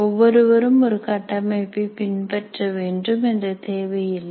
ஒவ்வொருவரும் ஒரு கட்டமைப்பை பின்பற்ற வேண்டும் என்ற தேவையில்லை